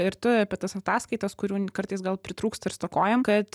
ir tu apie tas ataskaitas kurių kartais gal pritrūksta ir stokojam kad